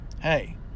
hey